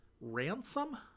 Ransom